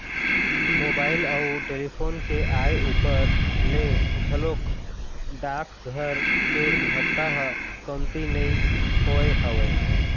mobile अउ telephone के आय ऊपर ले घलोक डाकघर के महत्ता ह कमती नइ होय हवय